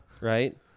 Right